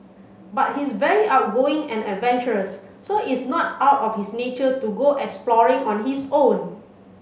but he's very outgoing and adventurous so it's not out of his nature to go exploring on his own